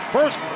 First